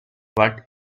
what